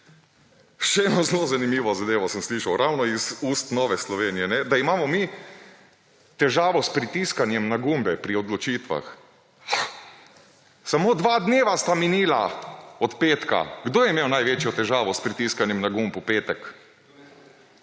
Še eno zelo zanimivo zadevo sem slišal ravno iz ust Nove Slovenije, da imamo mi težavo s pritiskanjem na gumbe pri odločitvah. Samo dva dneva sta minila od petka. Kdo je imel največjo težavo s pritiskanjem na gumb v petek?